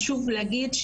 חשוב להגיד,